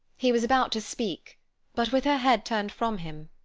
he was about to speak but with her head turned from him,